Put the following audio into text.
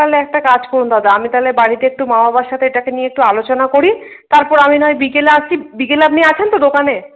তাহলে একটা কাজ করুন দাদা আমি তালে বাড়িতে একটু মা বাবার সাথে এটাকে নিয়ে একটু আলোচনা করি তারপর আমি না হয় বিকেলে আসছি বিকেলে আপনি আছেন তো দোকানে